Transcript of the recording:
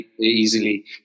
easily